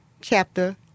chapter